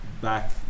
back